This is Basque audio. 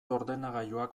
ordenagailuak